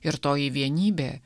ir toji vienybė